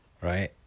right